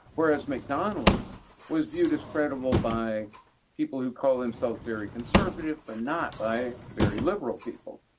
whereas mcdonald's was viewed as credible by people who call themselves very conservative but not by very liberal people,